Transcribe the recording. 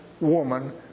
woman